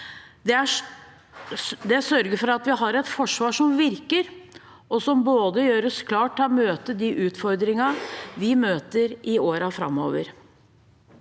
Den sørger for at vi har et forsvar som virker, og som gjøres klart til de utfordringene vi møter i årene framover.